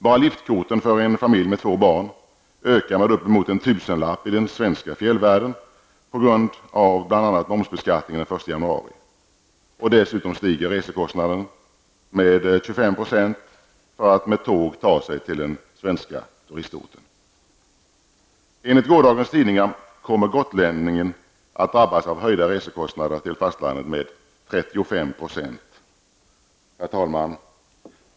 Bara liftkorten för en familj med två barn ökar med uppemot en tusenlapp i den svenska fjällvärlden på grund av bl.a. momsbeskattningen den 1 januari. Dessutom stiger resekostnaden med 25 % för att med tåg ta sig till den svenska turistorten. Enligt gårdagens tidningar kommer gotlänningen att drabbas av med 35 % höjda resekostnader till fastlandet. Herr talman!